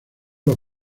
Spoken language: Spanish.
los